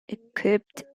equipped